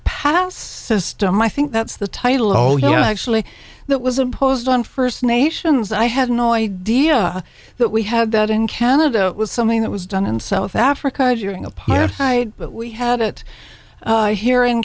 past system i think that's the title oh you know actually that was imposed on first nations i had no idea that we had that in canada it was something that was done in south africa during apartheid but we had it here in